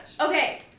Okay